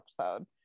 episode